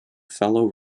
fellow